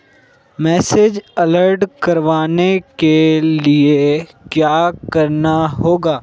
Message alert करवाने के लिए क्या करना होगा?